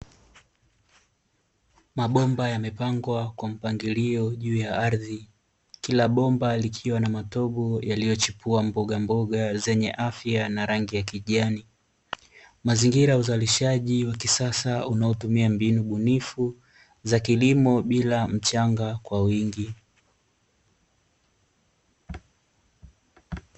Mabomba yamepangwa kwa mpangilio juu ya ardhi, kila bomba likiwa na matobo yaliyochipua mbogamboga zenye afya na rangi ya kijani. Mazingira ya uzalishaji wa kisasa unaotumia mbinu bunifu, za kilimo bila mchanga kwa wingi.